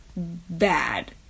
Bad